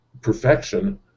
perfection